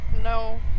No